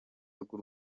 rw’u